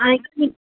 ऐं कि